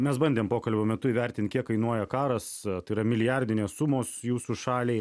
mes bandėm pokalbio metu įvertint kiek kainuoja karas tai yra milijardinės sumos jūsų šaliai